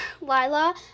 Lila